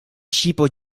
ŝipo